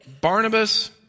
Barnabas